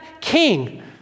king